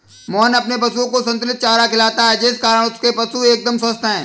मोहन अपने पशुओं को संतुलित चारा खिलाता है जिस कारण उसके पशु एकदम स्वस्थ हैं